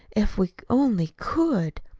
if we only could!